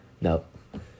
Nope